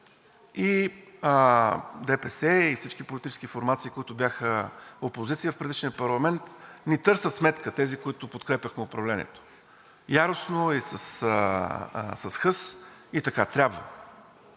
и ДПС, и всички политически формации, които бяха опозиция в предишния парламент, ни търсят сметка – тези, които подкрепяхме управлението, яростно и с хъс, и така трябва.